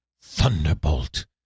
Thunderbolt